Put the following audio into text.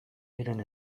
diren